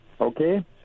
Okay